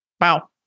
Wow